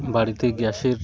বাড়িতে গ্যাসের